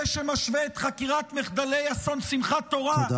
זה שמשווה את חקירת מחדלי אסון שמחת תורה